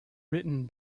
written